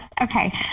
Okay